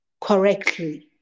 correctly